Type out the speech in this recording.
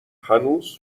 هنوز